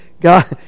God